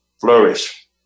flourish